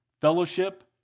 fellowship